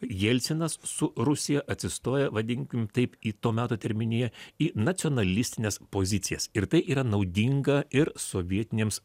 jelcinas su rusija atsistoja vadinkim taip į to meto terminiją į nacionalistines pozicijas ir tai yra naudinga ir sovietinėms